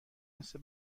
مثل